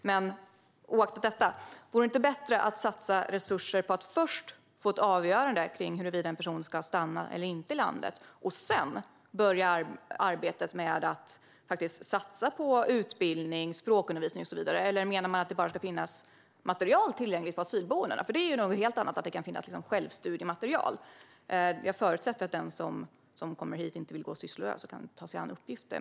Men oavsett detta: Vore det inte bättre att satsa resurser på att först få ett avgörande av huruvida en person ska stanna i landet eller inte och sedan börja arbetet med att satsa på utbildning, språkundervisning och så vidare? Eller menar ni bara att det ska finnas material tillgängligt på asylboendena? Det är ju något helt annat att det kan finnas självstudiematerial. Jag förutsätter att den som kommer hit inte vill gå sysslolös utan kan ta sig an uppgifter.